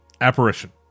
apparition